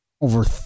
over